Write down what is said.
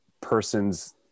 person's